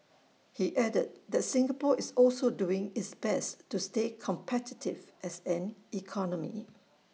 he added that Singapore is also doing its best to stay competitive as an economy